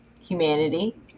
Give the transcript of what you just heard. humanity